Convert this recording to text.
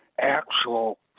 actual